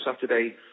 Saturday